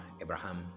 Abraham